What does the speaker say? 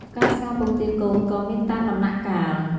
ការស្ងោរពងទាកូនក៏មានតាមដំណាក់កាល។